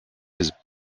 his